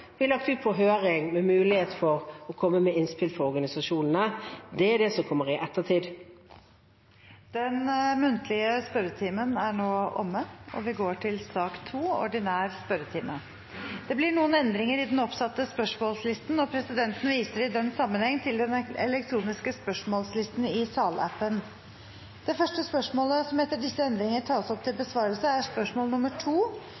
ut på høring med mulighet for organisasjonene til å komme med innspill. Det er det som kommer i ettertid. Den muntlige spørretimen er nå omme. Det blir noen endringer i den oppsatte spørsmålslisten, og presidenten viser i den sammenheng til den elektroniske spørsmålslisten i salappen. Endringene var som følger: Spørsmål 1, fra representanten Per Espen Stoknes til